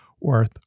worth